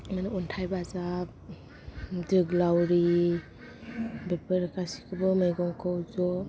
मानि अन्थाइ बाजाब जोग्लावरि बेफोर गासैखौबो मैगंखौ ज'